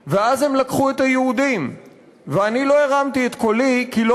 קומוניסט.// ואז הם לקחו את היהודים/ ואני לא הרמתי את קולי/ כי לא